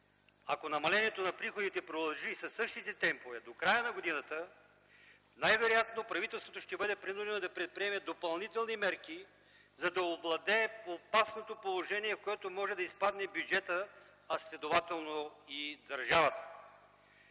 Ако намалението на приходите продължи със същите темпове, до края на годината най-вероятно правителството ще бъде принудено да предприеме допълнителни мерки, за да овладее опасното положение, в което може да изпадне бюджетът, а следователно и държавата.